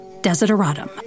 Desideratum